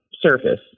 surface